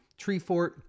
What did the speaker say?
Treefort